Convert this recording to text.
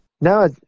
no